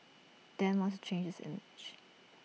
Dem wants change this image